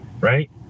right